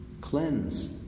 Cleanse